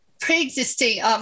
Pre-existing